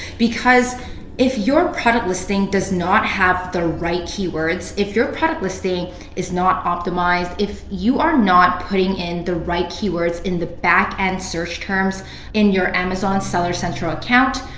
because if your product listing does not have the right keywords, if your product listing is not optimized, if you are not putting in the right keywords in the backend search terms in your amazon seller central account,